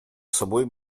собой